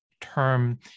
term